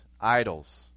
idols